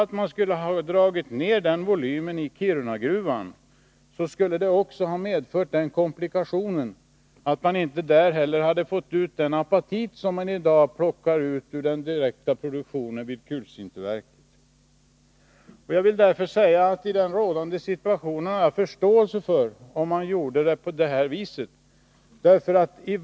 Hade man gjort denna neddragning av produktionsvolymen i Kirunagruvan, skulle det ha medfört den komplikationen att man där inte heller hade fått ut den apatit som man i dag får ut i den direkta produktionen vid kulsinterverket. Jag vill därför säga att jag i den rådande situationen har förståelse för att man gjorde på det här viset.